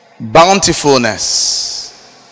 Bountifulness